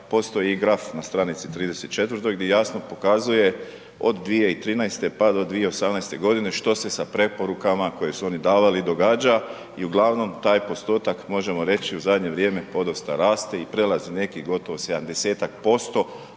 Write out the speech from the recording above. postoji i graf na str. 34. di jasno pokazuje od 2013., pa do 2018.g. što se sa preporukama koje su oni davali događa i uglavnom taj postotak, možemo reći, u zadnje vrijeme podosta raste i prelazi nekih gotovo